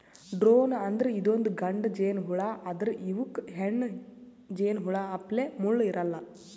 drone ಅಂದ್ರ ಇದೊಂದ್ ಗಂಡ ಜೇನಹುಳಾ ಆದ್ರ್ ಇವಕ್ಕ್ ಹೆಣ್ಣ್ ಜೇನಹುಳಪ್ಲೆ ಮುಳ್ಳ್ ಇರಲ್ಲಾ